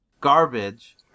garbage